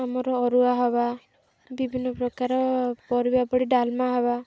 ଆମର ଅରୁଆ ହବା ବିଭିନ୍ନ ପ୍ରକାର ପରିବା ପଡ଼ି ଡାଲମା ହବା